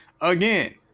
again